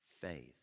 faith